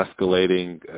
escalating